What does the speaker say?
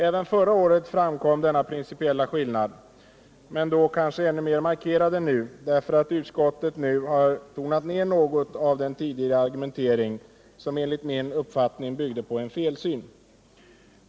Även förra året framkom denna principiella skillnad, då kanske ännu mer markerad än nu, eftersom utskottet nu något har tonat ner den tidigare argumenteringen, som enligt min uppfattning byggde på en felsyn.